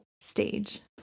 stage